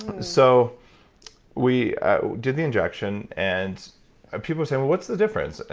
so we did the injection, and people say, well, what's the difference?